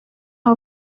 aho